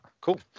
Cool